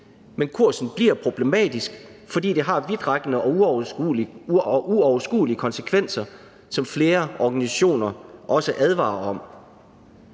men kursen bliver problematisk, fordi det har vidtrækkende og uoverskuelige konsekvenser, som flere organisationer også advarer om.